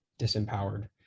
disempowered